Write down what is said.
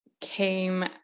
came